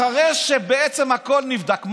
אחרי שבעצם הכול נבדק,